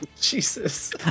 Jesus